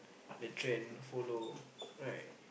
the trend follow right